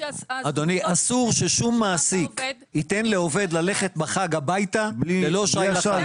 אסור ששום מעסיק ייתן לעובד ללכת בחג הביתה ללא שי לחג.